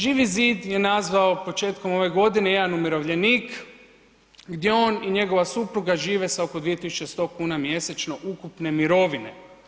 Živi zid je nazvao početkom ove godine jedan umirovljenik gdje on i njegova supruga žive sa oko 2.100 kuna mjesečno ukupne mirovine.